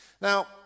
Now